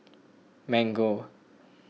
Mango